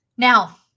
Now